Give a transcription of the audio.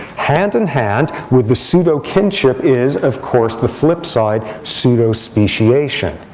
hand-in-hand with the pseudo kinship is, of course, the flip side, pseudo speciation,